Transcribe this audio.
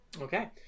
Okay